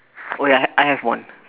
oh ya I have one